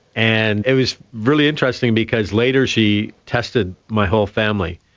and it was really interesting because later she tested my whole family.